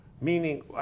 meaning